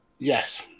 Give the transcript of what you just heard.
Yes